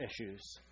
issues